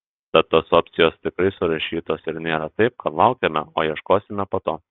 tad tos opcijos tikrai surašytos ir nėra taip kad laukiame o ieškosime po to